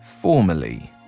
formally